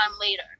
later